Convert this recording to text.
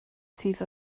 sydd